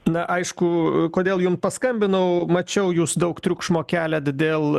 na aišku kodėl jum paskambinau mačiau jus daug triukšmo keliat dėl